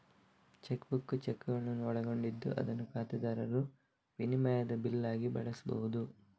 check book ಚೆಕ್ಕುಗಳನ್ನು ಒಳಗೊಂಡಿದ್ದು ಅದನ್ನು ಖಾತೆದಾರರು ವಿನಿಮಯದ ಬಿಲ್ ಆಗಿ ಬಳಸ್ಬಹುದು